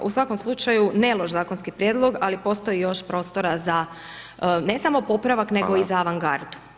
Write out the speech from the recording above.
U svakom slučaju ne loš zakonski prijedlog, ali postoji još prostora, za, ne samo popravak, nego i za avangardu.